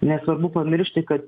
nesvarbu pamiršti kad